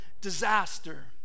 disaster